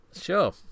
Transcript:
Sure